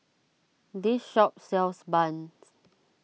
this shop sells Bun